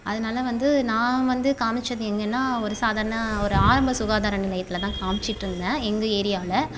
அதனால வந்து நான் வந்து காமிச்சது எங்கேன்னா ஒரு சாதாரண ஒரு ஆரம்ப சுகாதார நிலையத்தில் தான் காமிச்சிகிட்டு இருந்தேன் எங்கள் ஏரியாவில